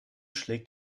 schlägt